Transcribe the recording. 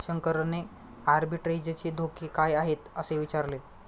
शंकरने आर्बिट्रेजचे धोके काय आहेत, असे विचारले